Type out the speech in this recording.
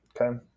Okay